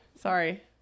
Sorry